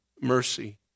mercy